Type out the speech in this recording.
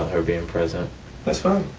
are being president that's from.